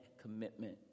commitment